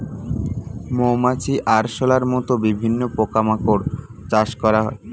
মৌমাছি, আরশোলার মত বিভিন্ন পোকা মাকড় চাষ করা হয়